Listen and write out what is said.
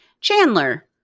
Chandler